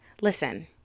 listen